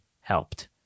helped